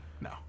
No